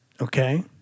Okay